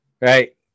Right